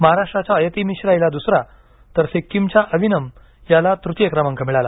महाराष्ट्राच्या अयति मिश्रा हिला दुसरा तर सिक्कीमच्या अविनम याला तृतीय क्रमांक मिळाला